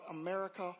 America